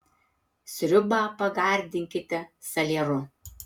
sriubą pagardinkite salieru